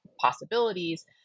possibilities